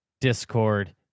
Discord